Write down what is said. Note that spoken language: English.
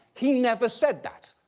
he never said that.